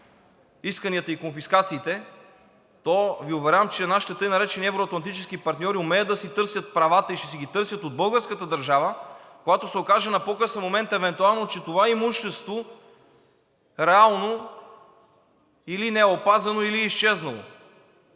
исканията и конфискациите, то Ви уверявам, че нашите така наречени евро-атлантически партньори умеят да си търсят правата и ще си ги търсят от българската държава, когато се окаже на по-късен момент евентуално, че това имущество реално или не е опазено, или е изчезнало.